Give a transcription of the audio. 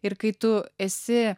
ir kai tu esi